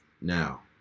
Now